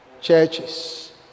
churches